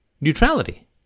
neutrality